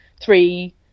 three